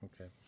Okay